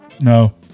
No